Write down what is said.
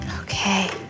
Okay